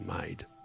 made